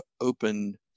open